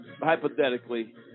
hypothetically